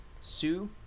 Sue